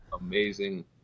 amazing